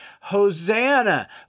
Hosanna